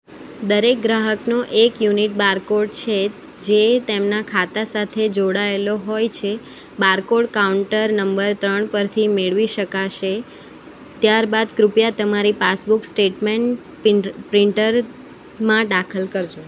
દરેક ગ્રાહકનો એક યુનિક બારકોડ હોય છે જે તેમના ખાતા સાથે જોડાએલો હોય છે બારકોડ કાઉન્ટર નંબર ત્રણ પરથી મેળવી શકાશે ત્યાર બાદ કૃપયા તમારી પાસબુક સ્ટેટમેન્ટ પ્રિન્ટરમાં દાખલ કરજો